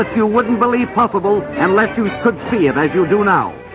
you wouldn't believe possible unless you could see it i do do know